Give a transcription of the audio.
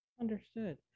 Understood